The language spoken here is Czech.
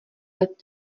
let